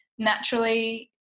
naturally